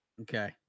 Okay